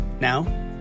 Now